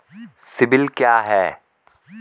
CIBIL क्या है?